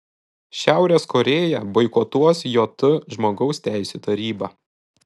šiaurės korėja boikotuos jt žmogaus teisių tarybą